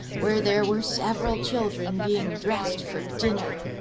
where there were several children being dressed for dinner.